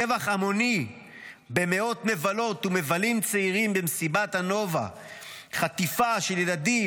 טבח המוני במאות מבלות ומבלים צעירים במסיבת הנובה; חטיפה של ילדים,